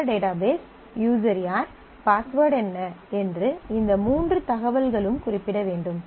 எந்த database user யார் password என்ன என்று இந்த மூன்று தகவல்களும் குறிப்பிட வேண்டும்